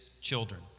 children